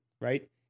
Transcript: right